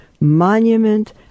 monument